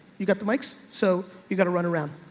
you've got the mics. so you've got to run around.